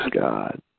God